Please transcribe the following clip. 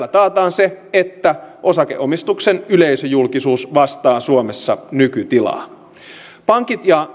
se että osakeomistuksen yleisöjulkisuus vastaa suomessa nykytilaa pankit ja